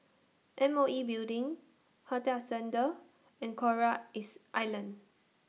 M O E Building Hotel Ascendere and Coral IS Island